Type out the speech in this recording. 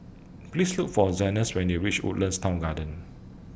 Please Look For Zenas when YOU REACH Woodlands Town Garden